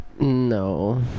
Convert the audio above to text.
No